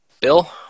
bill